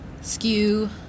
skew